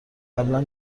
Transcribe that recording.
قبلا